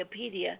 Wikipedia